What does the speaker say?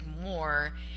more